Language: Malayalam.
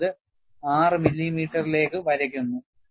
പിന്നീട് ഇത് 6 മില്ലിമീറ്ററിലേക്ക് വരയ്ക്കുന്നു